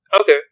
Okay